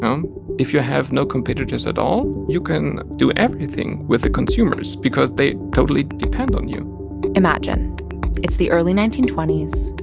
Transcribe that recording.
um if you have no competitors at all, you can do everything with the consumers because they totally depend on you imagine it's the early nineteen twenty s.